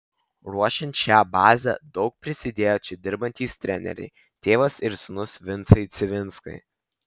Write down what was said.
ruošiant šią bazę daug prisidėjo čia dirbantys treneriai tėvas ir sūnus vincai civinskai